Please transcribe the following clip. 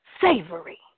Savory